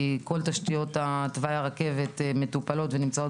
כי כל תשתיות תוואי הרכבת מטופלות ונמצאות